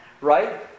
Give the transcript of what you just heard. right